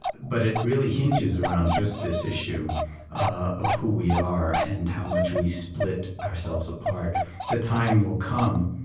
but it really hinges around just this issue of who we are and how much we split ourselves apart the time will come,